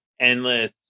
endless